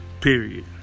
period